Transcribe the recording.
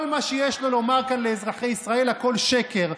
כל מה שיש לו לומר כאן לאזרחי ישראל, הכול שקר.